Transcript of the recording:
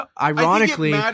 ironically